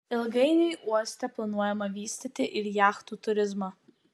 ilgainiui uoste planuojama vystyti ir jachtų turizmą